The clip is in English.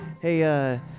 hey